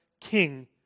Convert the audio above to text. King